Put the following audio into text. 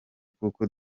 kuko